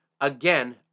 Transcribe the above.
again